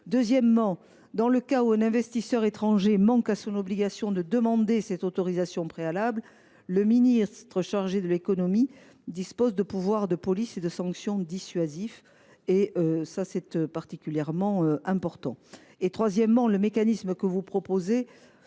Deuxièmement, dans le cas où un investisseur étranger manquerait à son obligation de demander l’autorisation préalable, le ministre chargé de l’économie dispose de pouvoirs de police et de sanction dissuasifs, ce qui me paraît particulièrement important. Troisièmement, le mécanisme que vous proposez,